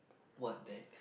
what next